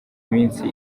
iminsi